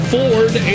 Ford